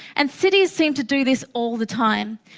and cities seem to do this all the time.